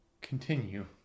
continue